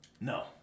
No